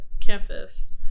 campus